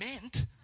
meant